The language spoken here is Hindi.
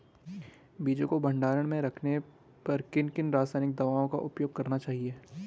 बीजों को भंडारण में रखने पर किन किन रासायनिक दावों का उपयोग करना चाहिए?